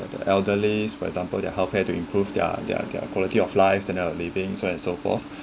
the elderly for example their healthcare to improve their their their quality of life than a living so and so forth